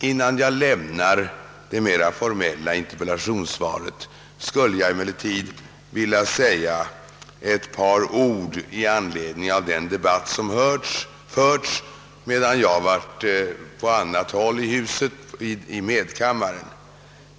Innan jag lämnar det mer formella interpellationssvaret skulle jag emellertid vilja säga ett par ord med anledning av den debatt som förts medan jag vistats i medkammaren.